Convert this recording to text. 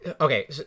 Okay